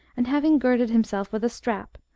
and having girded himself with a strap,